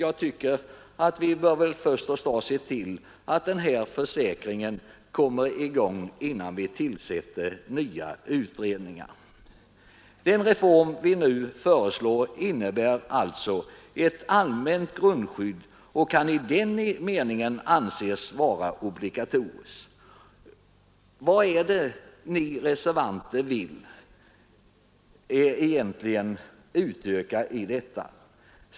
Men vi bör väl först se till att den nu aktuella försäkringen kommer i gång innan vi tillsätter nya utredningar. Den reform vi nu föreslår innebär ett allmänt grundskydd, och försäkringen kan i den meningen anses vara obligatorisk. På vilka punkter är det egentligen ni reservanter vill utöka skyddet?